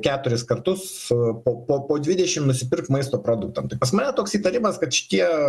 keturis kartus o po po dvidešimt nusipirkt maisto produktam tai pas mane toks įtarimas kad šitie